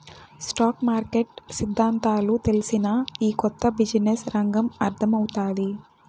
stock market సిద్దాంతాలు తెల్సినా, ఈ కొత్త బిజినెస్ రంగం అర్థమౌతాది